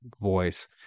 voice